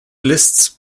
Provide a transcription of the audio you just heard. lists